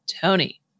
Tony